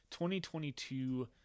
2022